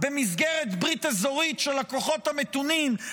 במסגרת ברית אזורית של הכוחות המתונים,